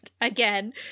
again